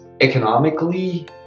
economically